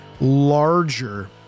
larger